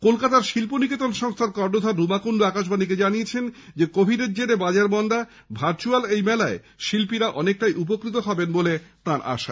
কলকাতার শিল্প নিকেতন সংস্থার কর্ণধার রুমা কুন্ডু আকাশবাণীকে জানালেন কোভিডের জেরে বাজার মন্দা ভার্চুয়াল এই মেলায় শিল্পীরা অনেকটাই উপকৃত হবেন বলে তাঁর আশা